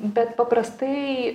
bet paprastai